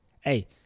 Hey